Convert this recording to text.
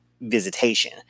visitation